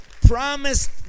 promised